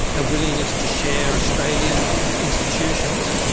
a willingness to share australian institutions.